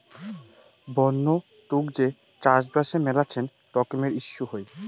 বন্য তুক যে চাষবাসে মেলাছেন রকমের ইস্যু হই